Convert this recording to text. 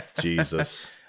Jesus